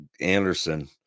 Anderson